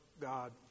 God